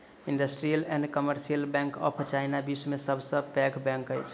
industrial and commercial bank of China, विश्व के सब सॅ पैघ बैंक अछि